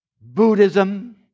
Buddhism